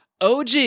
OG